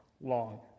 long